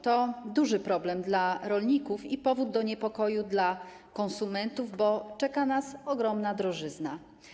To duży problem dla rolników i powód do niepokoju dla konsumentów, bo czeka nas ogromna drożyzna.